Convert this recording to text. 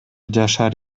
жашар